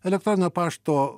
elektroninio pašto